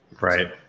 Right